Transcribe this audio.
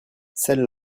celles